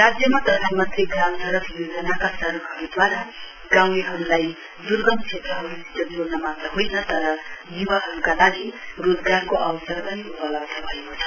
राज्यमा प्रधानमन्त्री ग्राम सड़क योजनाका सड़कहरूद्वारा गाउँलेहरूलाई द्र्गम क्षेत्रहरूसित जोड़न मात्र होइन तर य्वाहरूका लागि रोजगारको अवसर उपलब्ध भएको छ